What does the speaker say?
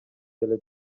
деле